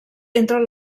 entre